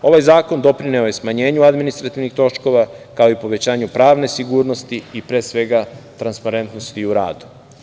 Ovaj zakon je doprineo smanjenju administrativnih troškova, kao i povećanju pravne sigurnosti, i pre svega transparentnosti u radu.